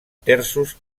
terços